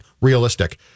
realistic